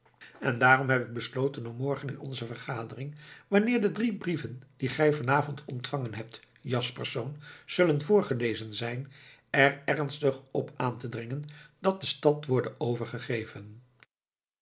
en daarom heb ik besloten om morgen in onze vergadering wanneer de drie brieven die gij vanavond ontvangen hebt jaspersz zullen voorgelezen zijn er ernstig op aan te dringen dat de stad worde overgegeven